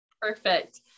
Perfect